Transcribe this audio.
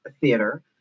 theater